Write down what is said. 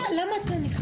למה אתה נכנס?